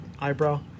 eyebrow